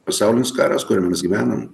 pasaulinis karas kuriam mes gyvenam